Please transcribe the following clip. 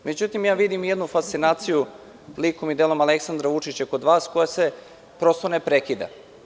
Međutim, vidim i jednu fascinaciju likom i delom Aleksandra Vučića kod vas, koja se prosto ne prekida.